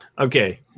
Okay